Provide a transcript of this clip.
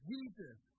Jesus